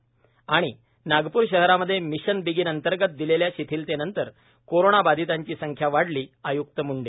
आणि त नागपूर शहरामध्ये मिशन बिगिन अंतर्गत दिलेल्या शिथिलतेनंतर कोरोना बाधितांची संख्या वाढली आय्क्त म्ंडे